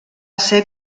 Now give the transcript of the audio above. ser